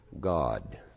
God